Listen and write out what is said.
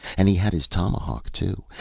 and he had his tomahawk, too,